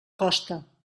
costa